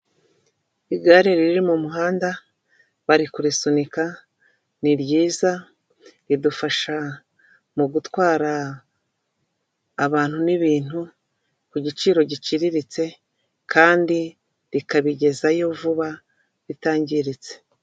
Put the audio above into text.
Igare riri mu muhanda bari kurisunika, ni ryiza ridufasha mu gutwara abantu n'ibintu ku giciro giciriritse, kandi rikabigezayo vuba bitangiritse.